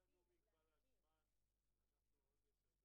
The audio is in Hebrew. אני רוצה שיחשבו גם על האשכולות הגבוהים